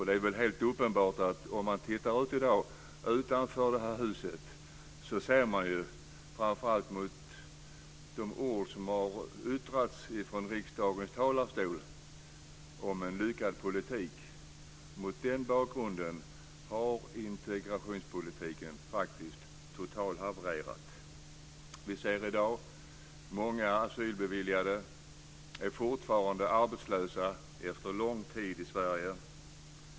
Det är väl helt uppenbart om man tittar ut utanför riksdagshuset mot bakgrund av de ord som yttrats i riksdagens talarstol om en lyckad politik. Mot den bakgrunden har integrationspolitiken totalhavererat. Vi ser i dag att många asylbeviljade fortfarande är arbetslösa efter lång tid i Sverige.